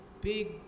big